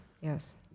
yes